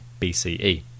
BCE